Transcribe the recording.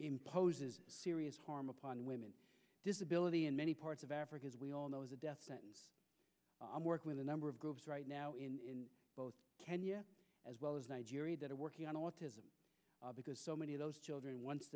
imposes serious harm upon women disability in many parts of africa as we all know as a death i work with a number of groups right now in both kenya as well as nigeria that are working on autism because so many of those children once